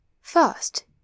First